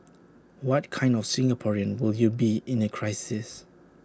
what kind of Singaporean will you be in A crisis